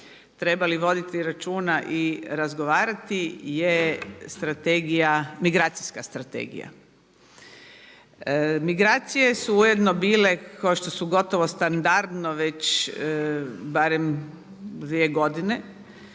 trebali voditi računa i razgovarati je strategija, migracijska strategija. Migracije su ujedno bile kao što su gotovo standardno već barem dvije godine